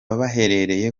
bahereye